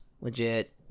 Legit